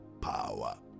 power